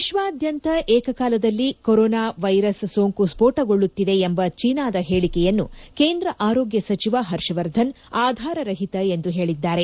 ವಿಶ್ವಾದ್ಯಂತ ಏಕಕಾಲದಲ್ಲಿ corona virus ಸೋಂಕು ಸ್ಪೋಣಗೊಳ್ಳುತ್ತಿದೆ ಎಂಬ ಚೀನಾದ ಹೇಳಿಕೆಯನ್ನು ಕೇಂದ್ರ ಆರೋಗ್ನ ಸಚಿವ ಹರ್ಷವರ್ಧನ್ ಆಧಾರರಹಿತ ಎಂದು ಹೇಳಿದ್ದಾರೆ